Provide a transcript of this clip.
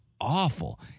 awful